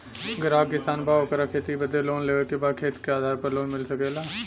ग्राहक किसान बा ओकरा के खेती बदे लोन लेवे के बा खेत के आधार पर लोन मिल सके ला?